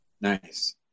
Nice